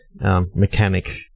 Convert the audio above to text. mechanic